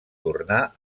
tornar